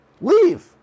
leave